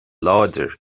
láidir